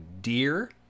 deer